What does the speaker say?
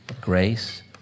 grace